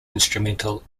instrumental